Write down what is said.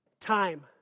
Time